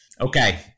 Okay